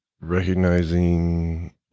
Recognizing